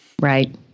Right